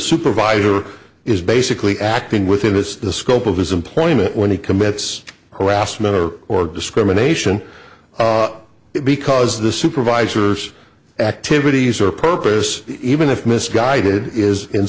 supervisor is basically acting within this the scope of his employment when he commits harassment or or discrimination because the supervisor's activities are purpose even if misguided is in